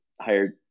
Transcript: hired